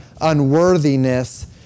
unworthiness